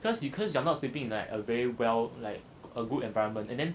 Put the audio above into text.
cause you cause you are not sleeping like a very well like a good environment and then